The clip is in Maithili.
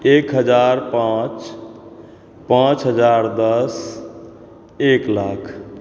एक हजार पाँच पाँच हजार दस एक लाख